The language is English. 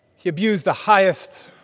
he abused the highest,